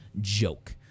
joke